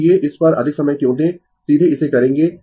इसलिए इस पर अधिक समय क्यों दें सीधे इसे करेंगें